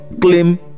claim